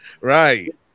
Right